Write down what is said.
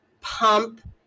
pump